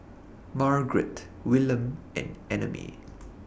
Margaret Willam and Annamae